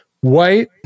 White